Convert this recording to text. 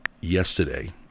yesterday